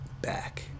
Back